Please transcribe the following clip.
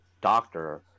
doctor